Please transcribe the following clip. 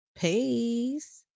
peace